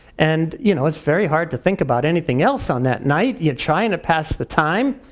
and you know, it's very hard to think about anything else on that night. you're trying to pass the time.